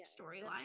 storyline